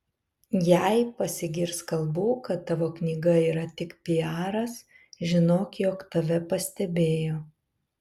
jei pasigirs kalbų kad tavo knyga yra tik pijaras žinok jog tave pastebėjo